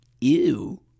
Ew